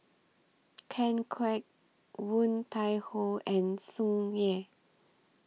Ken Kwek Woon Tai Ho and Tsung Yeh